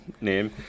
name